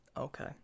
Okay